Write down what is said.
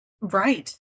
Right